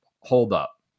holdup